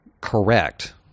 correct